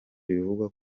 bivugwa